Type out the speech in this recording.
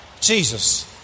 Jesus